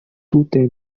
tute